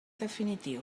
definitiu